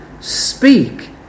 speak